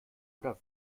oder